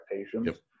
expectations